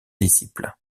disciples